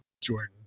Jordan